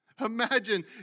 Imagine